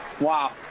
Wow